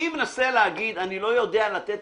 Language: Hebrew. אני מנסה להגיד, אני לא יודע לתת